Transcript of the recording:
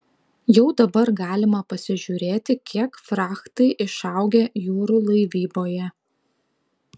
jau dabar galima pasižiūrėti kiek frachtai išaugę jūrų laivyboje